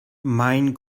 mein